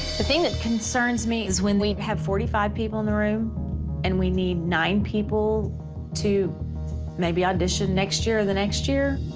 the thing that concerns me is, when we have forty five people in the room and we need nine people to maybe audition next year or the next year?